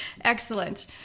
Excellent